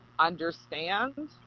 understand